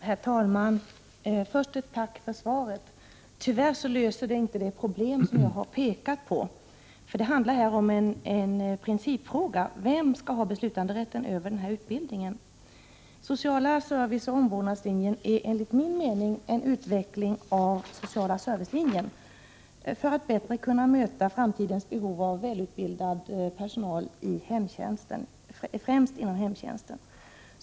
Herr talman! Först tackar jag för svaret. Tyvärr löser det inte de problem som jag har pekat på. Det handlar om en principfråga: Vem skall ha beslutanderätten beträffande denna utbildning? Den sociala serviceoch omvårdnadslinjen är enligt min mening en utveckling av den sociala servicelinjen, för att vi bättre skall kunna möta framtidens behov av välutbildad personal främst inom hemtjänsten.